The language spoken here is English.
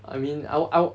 I mean I'll I'll